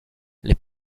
les